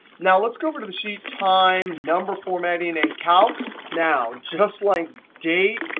now, let's go over to the sheet time number formatting and calcs. now just like date,